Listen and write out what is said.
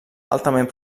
altament